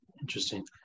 Interesting